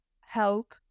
help